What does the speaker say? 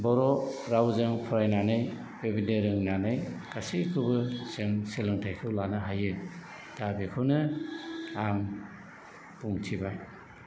बर' रावजों फरायनानै बेबायदि रोंनानै गासैखौबो जों सोलोंथाइखौ लानो हायो दा बेखौनो आं बुंथिबाय